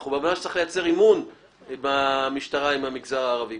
צריך לייצר אמון במשטרה עם המגזר הערבי.